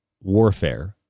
warfare